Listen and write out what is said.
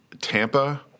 Tampa